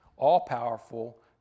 all-powerful